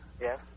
Yes